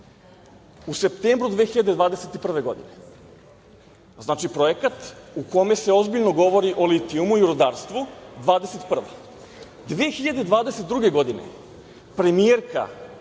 u septembru 2021. godine. Znači, projekat u kome se ozbiljno govori o litijumu i o rudarstvu – 2021. godine. Godine 2022. premijerka